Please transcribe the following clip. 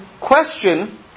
question